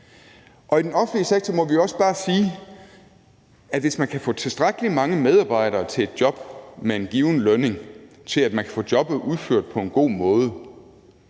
I den offentlige sektor må vi også bare sige, at hvis man kan få tilstrækkelig mange medarbejdere til et job med en given lønning til, at man får jobbet udført på en god måde,